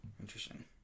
Interesting